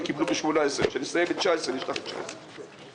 בקשה 204701: מדובר להכשרה וקידום מקצועי,